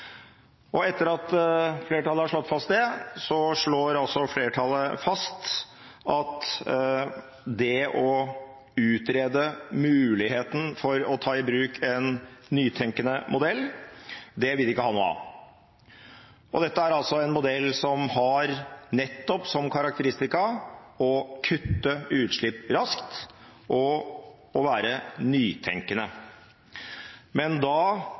Etter at flertallet har slått fast det, slår flertallet fast at det å utrede muligheten for å ta i bruk en nytenkende modell vil de ikke ha noe av. Dette er altså en modell som har nettopp som karakteristika å kutte utslipp raskt og være nytenkende. Men da